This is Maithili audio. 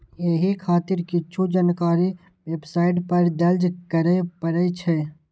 एहि खातिर किछु जानकारी वेबसाइट पर दर्ज करय पड़ै छै